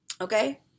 Okay